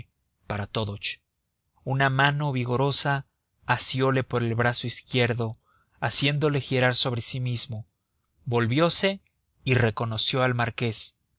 para todoch una mano vigorosa asiole por el brazo izquierdo haciéndole girar sobre sí mismo volviose y reconoció al marqués